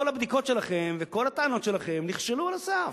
כל הבדיקות שלכם וכל הטענות שלכם נכשלו על הסף.